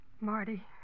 Marty